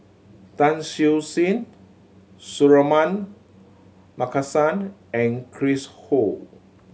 Tan Siew Sin Suratman Markasan and Chris Ho